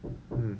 mm